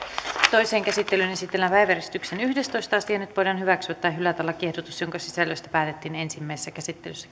toiseen käsittelyyn esitellään päiväjärjestyksen yhdestoista asia nyt voidaan hyväksyä tai hylätä lakiehdotus jonka sisällöstä päätettiin ensimmäisessä käsittelyssä